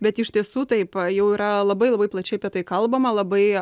bet iš tiesų tai jau yra labai labai plačiai apie tai kalbama labai